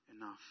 enough